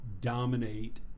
dominate